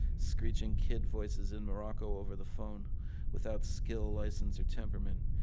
screeching kid voices in morocco over the phone without skill, license, or temperament.